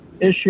issue